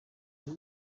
kuri